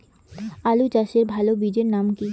আলু চাষের ভালো বীজের নাম কি?